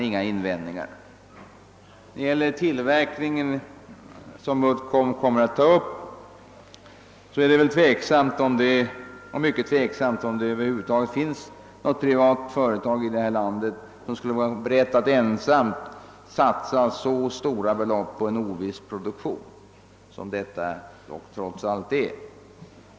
Beträffande den tillverkning Uddcomb kommer att ta upp är det väl mycket tveksamt, om det över huvud taget finns något privat företag i detta land som skulle vara berett att ensamt satsa så stora belopp på en oviss produktion som det trots allt rör sig om i det här aktuella fallet.